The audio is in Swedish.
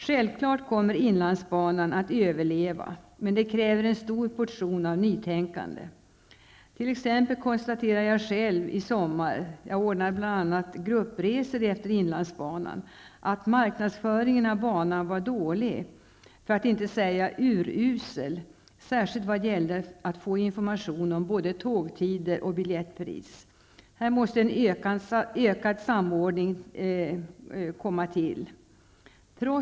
Självfallet kommer inlandsbanan att överleva, men det kräver en stor portion av nytänkande. T.ex. konstaterade jag själv i somras -- jag ordnar bl.a. gruppresor efter inlandsbanan -- att marknadsföringen av banan var dålig för att inte säga urusel, särskilt vad gällde att få information om både tågtider och biljettpris. Här måste en ökad samordning komma till.